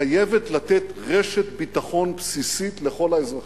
חייבת לתת רשת ביטחון בסיסית לכל האזרחים.